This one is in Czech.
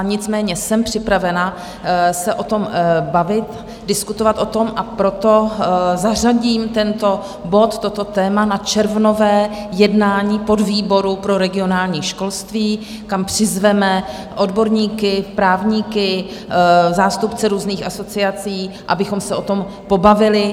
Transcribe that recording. Nicméně jsem připravena se o tom bavit, diskutovat o tom, a proto zařadím tento bod, toto téma, na červnové jednání podvýboru pro regionální školství, kam přizveme odborníky, právníky, zástupce různých asociací, abychom se o tom pobavili.